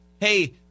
hey